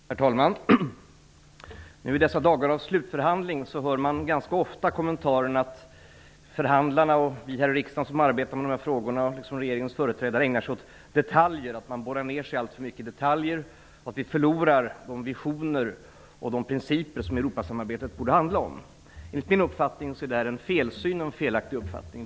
Herr talman! I dessa dagar av slutförhandling hör man nu ganska ofta kommentaren att förhandlarna och vi här i riksdagen som arbetar med dessa frågor liksom regeringens företrädare ägnar sig åt detaljer. Man borrar ner sig alltför mycket i detaljer och förlorar de visioner och de principer som Europasamarbetet borde handla om. Enligt min uppfattning är detta en felsyn och en felaktig uppfattning.